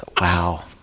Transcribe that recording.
Wow